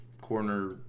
corner